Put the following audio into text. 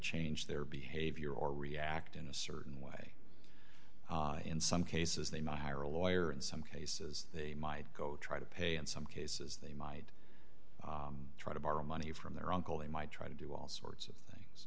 change their behavior or react in a certain way in some cases they might hire a lawyer in some cases they might go try to pay in some cases they might try to borrow money from their uncle they might try to do all sorts of thi